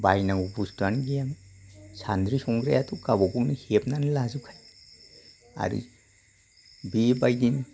बायनांगौ बुस्थुयानो गैयामोन सानद्रि संग्रायाथ' गावबा गावनो हेबनानै लाजोबखायो आरो बेबायदिनो